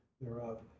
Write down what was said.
thereof